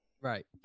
Right